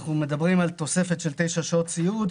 עוד הטבות שיש: תוספת של תשע שעות סיעוד,